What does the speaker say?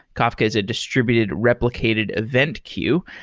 kafka is a distributed replicated event queue.